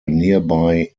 nearby